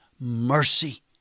mercy